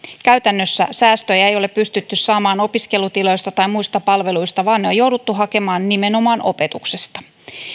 käytännössä säästöjä ei ole pystytty saamaan opiskelutiloista tai muista palveluista vaan ne on jouduttu hakemaan nimenomaan opetuksesta